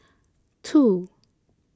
two